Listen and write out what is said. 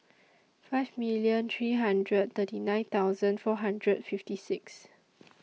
five million three hundred thirty nine thousand four hundred and fifty six